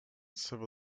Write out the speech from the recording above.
civil